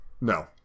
No